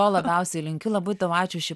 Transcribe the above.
labiausiai linkiu labai tau ačiū